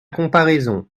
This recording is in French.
comparaison